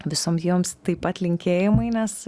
visom joms taip pat linkėjimai nes